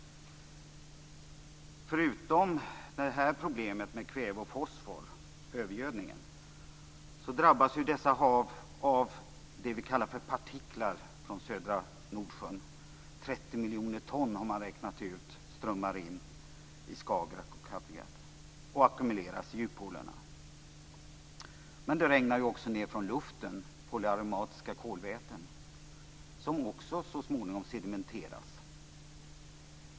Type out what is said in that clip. Förutom problemet med kväve och fosfor - övergödningen - drabbas dessa hav av det vi kallar för partiklar från södra Nordsjön. Man har räknat ut att 30 miljoner ton strömmar in i Skagerrak och Kattegatt och ackumuleras i djuppoolerna. Det regnar också ned polyaromatiska kolväten från luften, som så småningom sedimenteras.